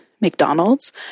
McDonald's